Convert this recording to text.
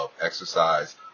exercise